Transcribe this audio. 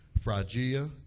Phrygia